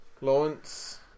Lawrence